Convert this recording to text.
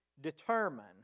determine